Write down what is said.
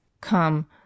Come